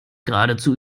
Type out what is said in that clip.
geradezu